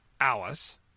Alice